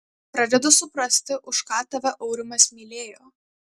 pradedu suprasti už ką tave aurimas mylėjo